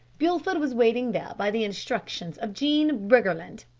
bulford was waiting there by the instructions of jean briggerland.